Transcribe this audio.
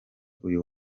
uyu